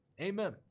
Amen